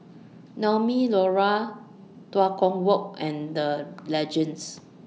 Naumi Liora Tua Kong Walk and The Legends